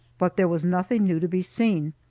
but there was nothing new to be seen.